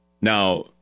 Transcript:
now